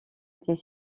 était